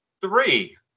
three